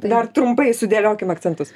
dar trumpai sudėliokim akcentus